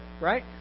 right